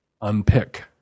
unpick